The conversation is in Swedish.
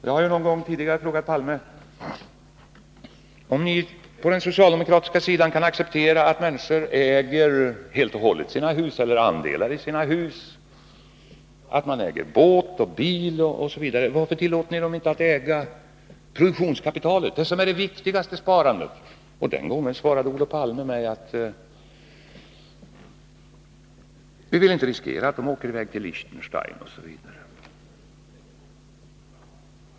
Jag har någon gång tidigare frågat Olof Palme om man på den socialdemokratiska sidan kan acceptera att människor äger sina hus helt och hållet eller andelar av sina hus, att människor äger båt, bil osv. Varför tillåter ni inte att människorna äger produktionskapitalet, som är det viktigaste sparandet? Den gången svarade Olof Palme att man inte ville riskera att människorna åkte till Liechtenstein osv.